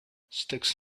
sticks